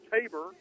Tabor